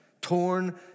torn